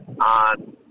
on